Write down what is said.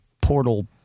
portal